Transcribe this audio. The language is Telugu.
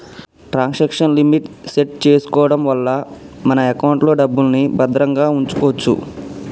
ట్రాన్సాక్షన్ లిమిట్ సెట్ చేసుకోడం వల్ల మన ఎకౌంట్లో డబ్బుల్ని భద్రంగా వుంచుకోచ్చు